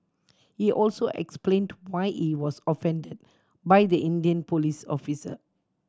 he also explained why he was offended by the Indian police officer